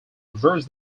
reversed